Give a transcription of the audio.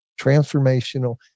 transformational